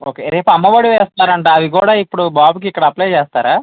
okay రేపు అమ్మఒడి వేస్తున్నారంట అవి కూడా ఇప్పుడు బాబుకి ఇక్కడ అప్లై చేస్తారా